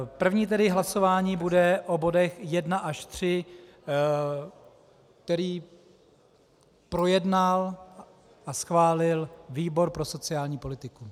První hlasování bude o bodech 1 až 3, které projednal a schválil výbor pro sociální politiku.